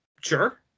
Sure